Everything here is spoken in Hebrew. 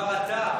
כבר עתה,